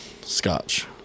scotch